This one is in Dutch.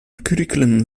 curriculum